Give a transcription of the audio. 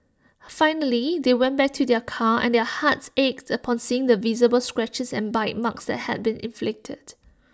finally they went back to their car and their hearts ached upon seeing the visible scratches and bite marks that had been inflicted